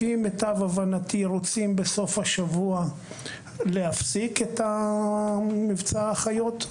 לפי מיטב הבנתי רוצים בסוף השבוע להפסיק את מבצע האחיות.